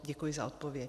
Děkuji za odpověď.